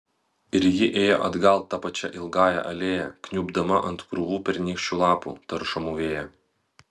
ir ji ėjo atgal ta pačia ilgąja alėja kniubdama ant krūvų pernykščių lapų taršomų vėjo